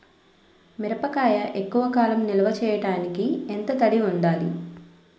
మిరపకాయ ఎక్కువ కాలం నిల్వ చేయటానికి ఎంత తడి ఉండాలి?